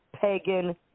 pagan